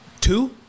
two